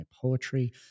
poetry